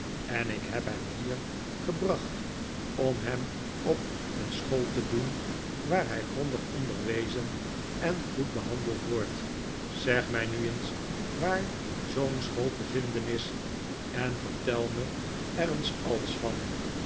en heb hem hier gebracht om hem op een school te doen waar hij grondig onderwezen en goed behandeld wordt zeg mij nu eens waar zoo'n school te vinden is en vertel me er eens alles van